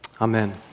amen